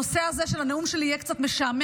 הנושא הזה של הנאום שלי יהיה קצת משעמם,